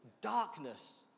Darkness